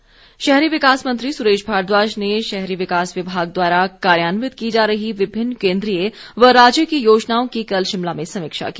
शहरी विकास मंत्री शहरी विकास मंत्री सुरेश भारद्वाज ने शहरी विकास विभाग द्वारा कार्यान्वित की जा रही विभिन्न केंद्रीय व राज्य की योजनाओं की कल शिमला में समीक्षा की